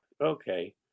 okay